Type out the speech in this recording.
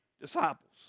disciples